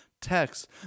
text